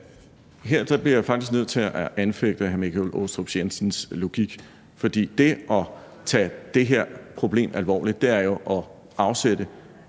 Her bliver jeg faktisk nødt til at anfægte hr. Michael Aastrup Jensens logik. For det at tage det her problem alvorligt er jo at afsætte